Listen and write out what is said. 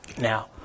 Now